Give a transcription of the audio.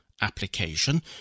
application